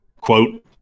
Quote